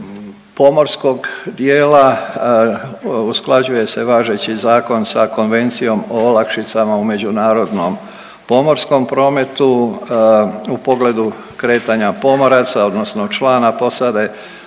pomorskog dijela, usklađuje se važeći zakon sa Konvencijom o olakšicama u međunarodnom pomorskom prometu u pogledu kretanja pomoraca odnosno člana posade